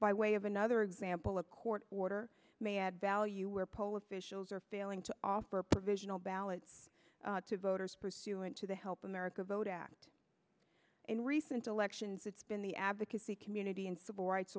by way of another example a court order may add value where poll officials are failing to offer provisional ballots to voters pursuant to the help america vote act in recent elections it's been the advocacy community and civil rights